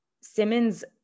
Simmons